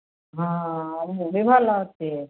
ହଁ ମୁଁ ବି ଭଲ ଅଛି